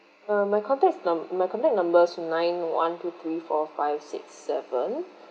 uh my context num~ my contact number's nine one two three four five six seven